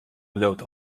bliuwt